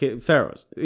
Pharaohs